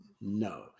no